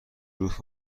ظروف